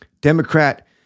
Democrat